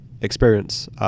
experience